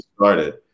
started